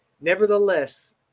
Nevertheless